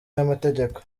n’amategeko